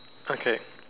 okay